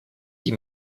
die